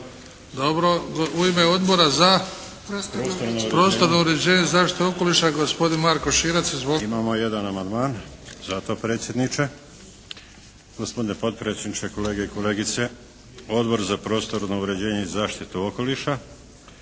U ime Odbora za prostorno uređenje i zaštitu okoliša gospodin Marko Širac. Izvolite. **Širac, Marko (HDZ)** Imamo jedan amandman za to predsjedniče. Gospodine potpredsjedniče, kolege i kolegice. Odbor za prostorno uređenje i zaštitu okoliša